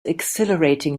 exhilarating